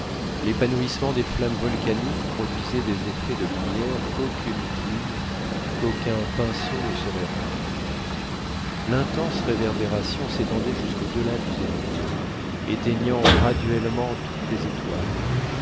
l'épanouissement des flammes volcaniques produisait des effets de lumière qu'aucune plume qu'aucun pinceau ne saurait rendre l'intense réverbération s'étendait jusqu'audelà du zénith éteignant graduellement toutes les étoiles